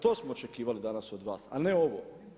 To smo očekivali danas od vas, a ne ovo.